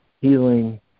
Healing